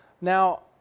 Now